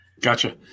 gotcha